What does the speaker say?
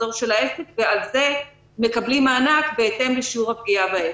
המחזור של העסק ועל זה מקבלים מענק בהתאם לשיעור הפגיעה בעסק.